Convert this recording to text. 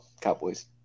Cowboys